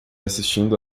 assistindo